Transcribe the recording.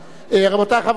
רבותי חברי הכנסת,